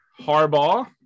Harbaugh